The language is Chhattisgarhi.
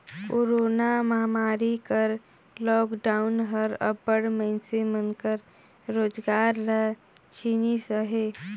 कोरोना महमारी कर लॉकडाउन हर अब्बड़ मइनसे मन कर रोजगार ल छीनिस अहे